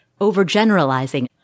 overgeneralizing